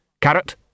Carrot